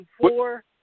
Four